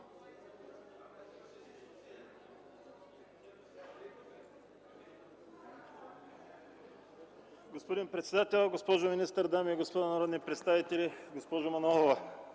Госпожо председател, госпожо министър, дами и господа народни представители! Госпожо Манолова,